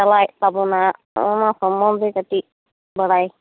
ᱪᱟᱞᱟᱭᱮᱜ ᱛᱟᱵᱚᱱᱟ ᱚᱱᱟ ᱥᱚᱢᱚᱱᱫᱮ ᱠᱟᱹᱴᱤᱡ ᱵᱟᱲᱟᱭ